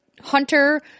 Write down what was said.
hunter